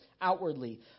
outwardly